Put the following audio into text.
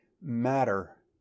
matter